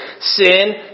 sin